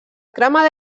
cremada